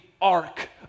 ark